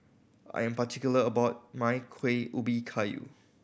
I am particular about my Kueh Ubi Kayu